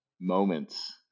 moments